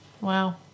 Wow